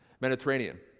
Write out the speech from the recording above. Mediterranean